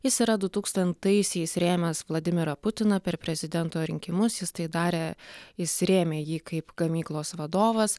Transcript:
jis yra du tūkstantaisiais rėmęs vladimirą putiną per prezidento rinkimus jis tai darė jis rėmė jį kaip gamyklos vadovas